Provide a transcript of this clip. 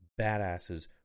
badasses